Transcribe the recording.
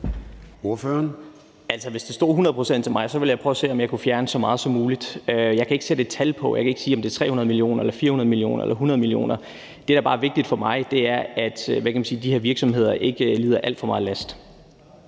hvis det stod hundrede procent til mig, ville jeg prøve at se, om jeg kunne fjerne så meget som muligt. Jeg kan ikke sætte et tal på. Jeg kan ikke sige, om det er 300 mio. kr., 400 mio. kr. eller 100 mio. kr. Det, der bare er vigtigt for mig, er, at de her virksomheder ikke lider alt for meget overlast.